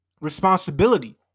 responsibility